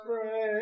pray